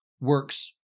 works